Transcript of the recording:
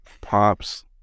Pops